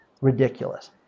Ridiculous